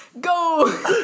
Go